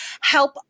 help